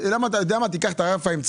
למה לא את האמצעי,